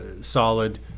solid